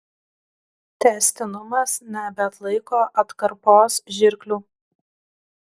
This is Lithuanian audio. tęstinumas nebeatlaiko atkarpos žirklių